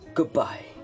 Goodbye